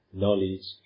knowledge